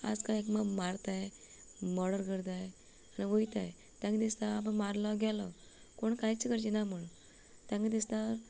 आजकाल एकमकांक मारताय मर्डर करताय आनी वयताय तांकां दिसताय आप मारलो गेलोय कोण कांयच करचेना म्हण तांकां दिसतात